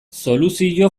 soluzio